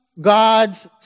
God's